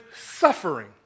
suffering